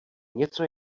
něco